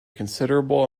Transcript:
considerable